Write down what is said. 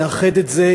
נאחד את זה,